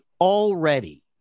already